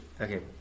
okay